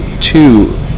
two